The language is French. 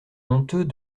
honteux